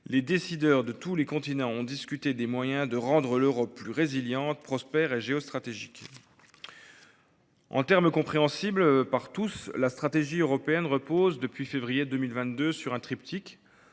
les décideurs de tout le continent ont discuté des moyens de « rendre l’Europe plus résiliente, prospère et géostratégique ». En termes compréhensibles par tous, la stratégie européenne repose depuis le mois de février 2022 sur un triptyque